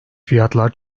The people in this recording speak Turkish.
fiyatlar